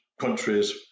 countries